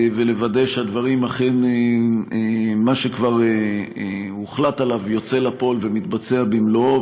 ולוודא שמה שכבר הוחלט עליו יוצא לפועל ומתבצע במלואו,